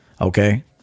okay